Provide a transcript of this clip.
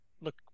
look